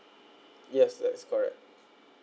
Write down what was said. yes that is correct